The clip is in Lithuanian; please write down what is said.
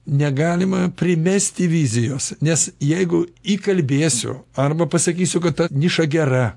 negalima primesti vizijos nes jeigu įkalbėsiu arba pasakysiu kad ta niša gera